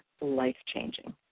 life-changing